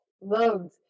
loved